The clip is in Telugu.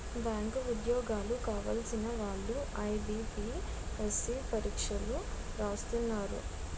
బ్యాంకు ఉద్యోగాలు కావలసిన వాళ్లు ఐబీపీఎస్సీ పరీక్ష రాస్తున్నారు